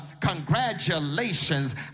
Congratulations